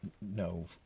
no